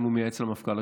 האם הוא מייעץ למפכ"ל.